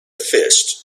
fist